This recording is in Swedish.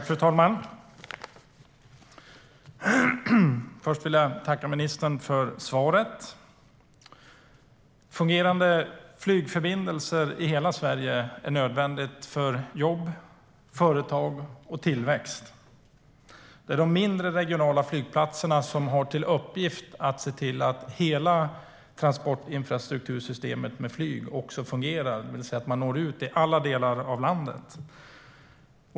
Fru talman! Jag vill börja med att tacka ministern för svaret. Fungerande flygförbindelser i hela Sverige är nödvändiga för jobb, företagande och tillväxt. Det är de mindre regionala flygplatserna som har till uppgift att se till att hela transportinfrastruktursystemet med flyg fungerar, det vill säga att man når ut till alla delar av landet.